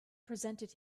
presented